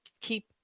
keep